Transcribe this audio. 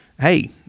hey